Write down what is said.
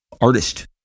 artist